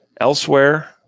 elsewhere